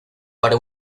para